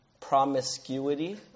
promiscuity